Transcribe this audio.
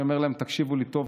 אני אומר להם: תקשיבו לי טוב,